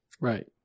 Right